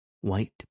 white